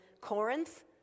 Corinth